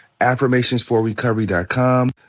affirmationsforrecovery.com